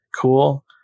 Cool